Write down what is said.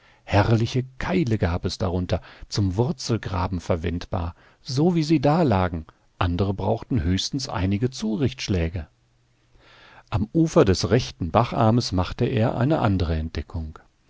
herrliche keile gab es darunter zum wurzelgraben verwendbar so wie sie dalagen andere brauchten höchstens einige zurichtschläge am ufer des rechten bacharmes machte er eine andere entdeckung